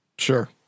Sure